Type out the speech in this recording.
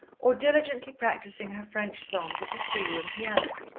or diligently practising her french songs at the schoolroom piano.